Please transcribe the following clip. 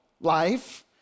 life